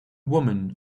woman